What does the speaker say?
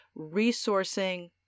resourcing